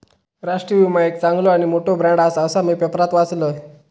राष्ट्रीय विमा एक चांगलो आणि मोठो ब्रँड आसा, असा मी पेपरात वाचलंय